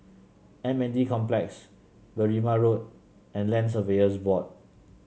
M N D Complex Berrima Road and Land Surveyors Board